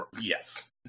Yes